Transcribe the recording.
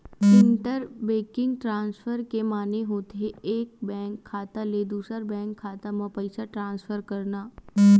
inter banking transfer के माने होथे एक बेंक खाता ले दूसर बेंक के खाता म पइसा ट्रांसफर करना